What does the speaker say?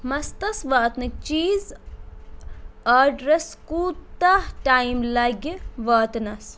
مَستَس واتنٕکۍ چیٖز آرڈرَس کوٗتاہ ٹایِم لَگہِ واتٕنَس